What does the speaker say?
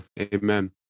amen